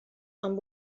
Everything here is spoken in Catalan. amb